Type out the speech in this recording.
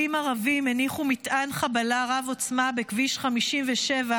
חבר הכנסת ולדימיר בליאק,